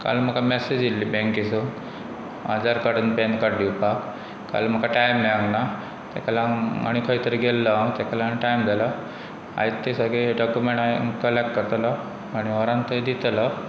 काल म्हाका मेसेज येल्ली बँकेसून आधार कार्डून पॅन कार्ड दिवपाक काल म्हाका टायम मेळक ना तेका लागन आनी खंय तरी गेल्लो हांव तेका लागन टायम जाल आय तें सगळें डॉक्युमेंट हांयन कलेॅक्ट करतलो आनी व्हरान थंय दितलो